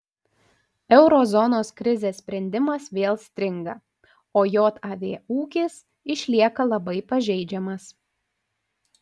euro zonos krizės sprendimas vėl stringa o jav ūkis išlieka labai pažeidžiamas